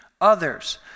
others